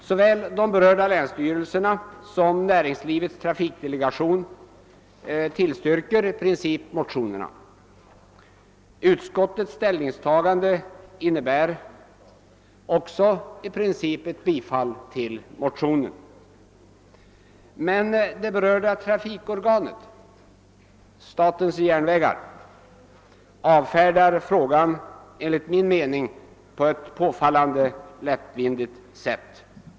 Såväl de berörda länsstyrelserna som näringslivets trafikdelegation tillstyrker i princip motionen. Utskottets ställningstagande innebär också i princip ett bifall till motionen. Men det berörda trafikorganet statens järnvägar avfärdar enligt min mening frågan påfallande lättvindigt.